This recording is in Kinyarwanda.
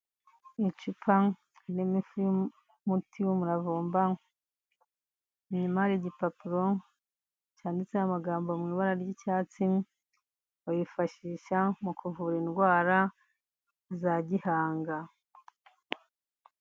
Ni icupa ririmo ifu y'umuti w'umuravumba inyuma hari igipapuro cyanditseho amagambo mu ibara ry'icyatsi, bayifashisha mu kuvura indwara za gihanga.